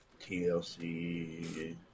TLC